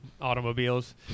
automobiles